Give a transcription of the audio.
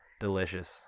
Delicious